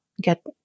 get